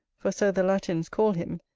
for so the latins call him,